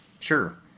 Sure